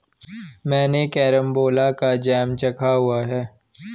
मैंने कैरमबोला का जैम चखा हुआ है